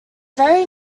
very